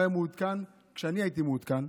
הוא היה מעודכן כשאני הייתי מעודכן.